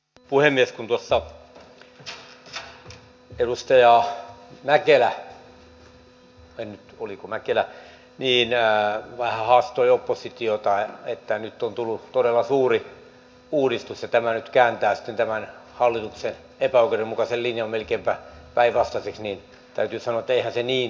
kun tuossa edustaja mäkelä oliko mäkelä vähän haastoi oppositiota että nyt on tullut todella suuri uudistus ja tämä nyt kääntää sitten tämän hallituksen epäoikeudenmukaisen linjan melkeinpä päinvastaiseksi niin täytyy sanoa että eihän se niin tee